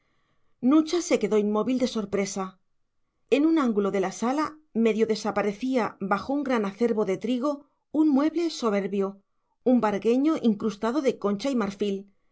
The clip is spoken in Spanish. nucha se quedó inmóvil de sorpresa en un ángulo de la sala medio desaparecía bajo un gran acervo de trigo un mueble soberbio un vargueño incrustado de concha y marfil